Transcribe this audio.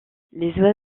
les